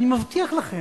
אני מבטיח לכם,